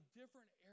different